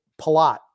Palat